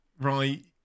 right